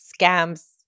scams